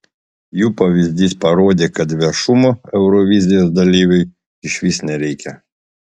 jų pavyzdys parodė kad viešumo eurovizijos dalyviui išvis nereikia